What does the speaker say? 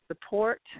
support